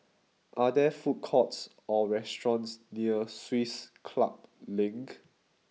are there food courts or restaurants near Swiss Club Link